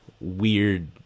weird